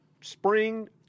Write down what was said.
spring